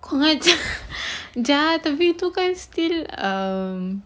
kurang ajar jahat tapi itu kan still um